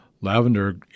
Lavender